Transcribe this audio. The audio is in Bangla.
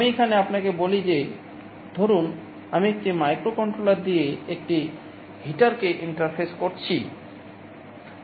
আমি এখানে আপনাকে বলি যে ধরুন আমি একটি মাইক্রোকন্ট্রোলার করছি